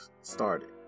started